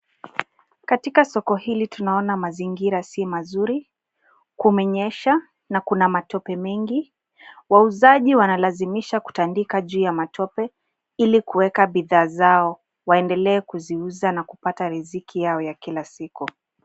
Katika soko hili tunaona mazingira si mazuri, kumenyesha na kuna matope mengi. Wauzaji wanalazimisha kutandika juu ya matope ili kuweka bidhaa zao waendelee kuziuza na kupata riziki yao ya kila siku.